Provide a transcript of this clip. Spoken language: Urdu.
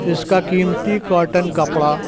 اس کا قیمتی کوٹن کپڑا